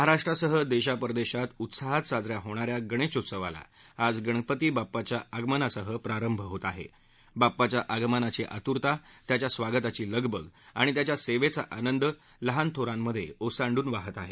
महाराष्ट्रसह दर्धी परदर्शीत उत्साहात साज या होणा या गणधीत्सवाला आज गणपती बाप्पाच्या आगमनासह प्रारंभ होत आह आप्पाच्या आगमनाची आतुरता त्याच्या स्वागताची लगबग आणि त्याच्या सद्धक्ती आंनद लहानथोंरामध ओसाडून वाहत आह